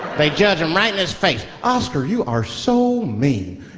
they judge him right in his face. oscar, you are so mean.